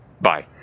bye